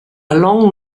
long